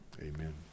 amen